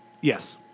Yes